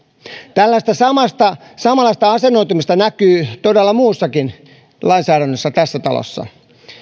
tällaista samanlaista asennoitumista todella näkyy muussakin lainsäädännössä tässä talossa